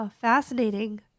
Fascinating